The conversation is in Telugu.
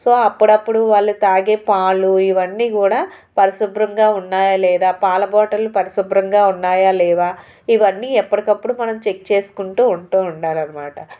సో అప్పుడప్పుడు వాళ్ళు త్రాగే పాలు ఇవన్నీ కూడా పరిశుభ్రంగా ఉన్నాయా లేదా పాల బాటిల్ పరిశుభ్రంగా ఉన్నాయా లేవా ఇవన్నీ ఎప్పటికప్పుడు మనం చెక్ చేసుకుంటూ ఉంటూ ఉండాలనమాట